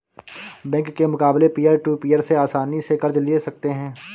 bank के मुकाबले peer to peer से आसनी से कर्ज ले सकते है